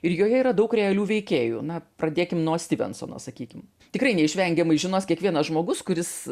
ir joje yra daug realių veikėjų na pradėkim nuo styvensono sakykim tikrai neišvengiamai žinos kiekvienas žmogus kuris